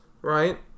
Right